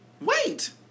Wait